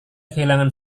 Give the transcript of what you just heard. kehilangan